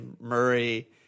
Murray